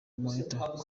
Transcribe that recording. monitor